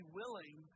willing